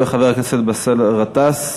יעלה חבר הכנסת באסל גטאס,